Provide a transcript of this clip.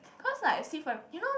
cause like I see si-pai you know